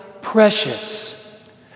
precious